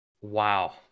Wow